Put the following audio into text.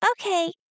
Okay